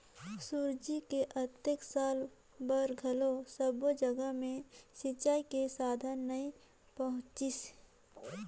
सुराजी के अतेक साल बार घलो सब्बो जघा मे सिंचई के साधन नइ पहुंचिसे